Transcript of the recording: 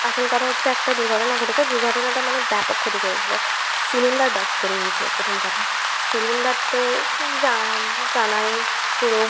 আসল কথা হচ্ছে একটা দুর্ঘটনা ঘটেছে দুর্ঘটনাটা মানে ব্যাপক ক্ষতি করেছিলো সিলিন্ডার বার্স্ট করে গিয়েছিলো প্রথম কথা সিলিন্ডার তো যা জানাই পুরো